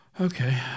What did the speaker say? Okay